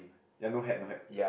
ya no hat no hat